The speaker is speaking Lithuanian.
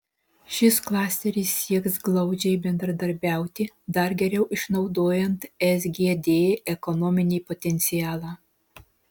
šis klasteris sieks glaudžiai bendradarbiauti dar geriau išnaudojant sgd ekonominį potencialą